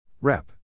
Rep